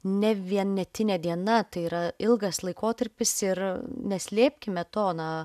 ne vienetinė diena tai yra ilgas laikotarpis ir neslėpkime to na